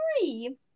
three